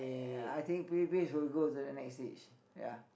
eh I think Philippines will go to the next stage ya